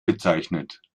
bezeichnet